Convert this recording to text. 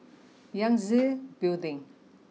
Yangtze Building